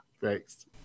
Thanks